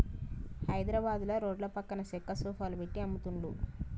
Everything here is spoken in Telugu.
హైద్రాబాదుల రోడ్ల పక్కన చెక్క సోఫాలు పెట్టి అమ్ముతున్లు